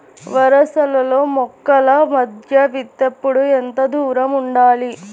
వరసలలో మొక్కల మధ్య విత్తేప్పుడు ఎంతదూరం ఉండాలి?